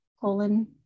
colon